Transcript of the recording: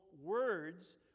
words